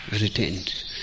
retained